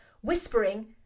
whispering